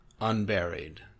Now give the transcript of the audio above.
unburied